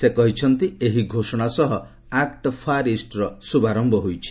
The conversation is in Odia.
ସେ କହିଥିଲେ ଏହି ଘୋଷଣା ସହ ଆକ୍ଟ ଫାର୍ ଇଷ୍ଟ୍ର ଶୁଭାରମ୍ଭ ହୋଇଛି